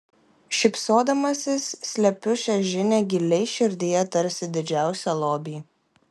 šypsodamasi slepiu šią žinią giliai širdyje tarsi didžiausią lobį